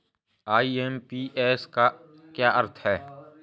IMPS का क्या अर्थ है?